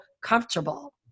comfortable